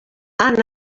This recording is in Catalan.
han